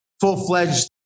full-fledged